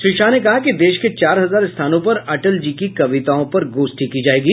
श्री शाह ने कहा कि देश के चार हजार स्थानों पर अटल जी की कविताओं पर गोष्ठी की जायेगी